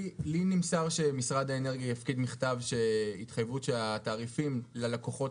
לי נמסר שמשרד האנרגיה יפקיד מכתב התחייבות שהתעריפים ללקוחות